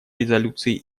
резолюций